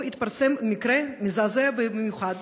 שבו התפרסם מקרה מזעזע במיוחד,